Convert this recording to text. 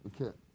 okay